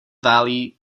valley